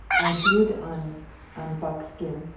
i do it on on buckskin,